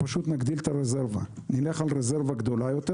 פשוט נגדיל את הרזרבה ונלך על רזרבה גדולה יותר.